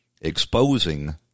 exposing